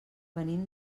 venim